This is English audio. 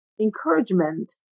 encouragement